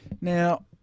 Now